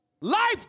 life